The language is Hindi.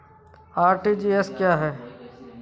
आर.टी.जी.एस क्या है?